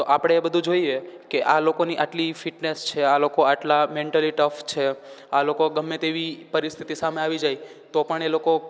તો આપણે એ બધું જોઈએ કે આ લોકોની આટલી ફિટનેસ છે આ લોકો આટલા મેન્ટલી ટફ છે આ લોકો ગમે તેવી પરિસ્થિતિ સામે આવી જાય તો પણ એ લોકો